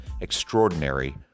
extraordinary